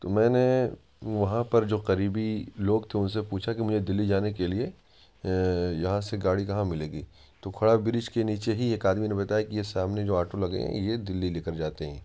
تو میں نے وہاں پر جو قریبی لوگ تھے ان سے پوچھا کہ مجھے دلّی جانے کے لیے یہاں سے گاڑی کہاں ملے گی تو کھوڑا بریج کے نیچے ہی ایک آدمی نے بتایا کہ یہ سامنے جو آٹو لگے ہیں یہ دلّی لے کر جاتے ہیں